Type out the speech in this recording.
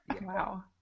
Wow